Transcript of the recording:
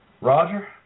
Roger